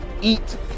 eat